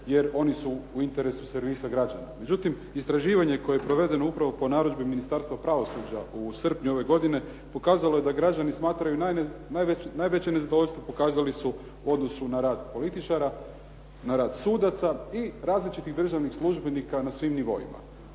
jer oni su u interesu servisa građana. Međutim, istraživanje koje je provedeno upravo po narudžbi Ministarstva pravosuđa u srpnju ove godine pokazalo je da građani smatraju najveće nezadovoljstvo, pokazali su u odnosu na rad političara, na rad sudaca i različitih državnih službenika na svim nivoima.